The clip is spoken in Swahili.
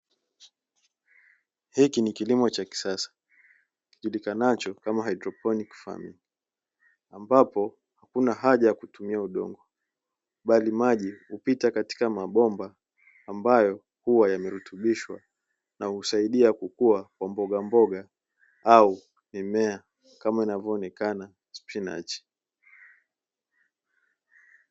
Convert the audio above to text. Hiki ni kilimo cha kisasa kijulikanacho kama " Hydroponic farming " ambapo hakuna haja ya kutumia udongo bali maji hupita katika mabomba, ambayo huwa yamerutubishwa na husaidia kukua kwa mbogamboga au mimea kama inavyoonekana spinachi.